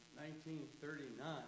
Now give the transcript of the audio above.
1939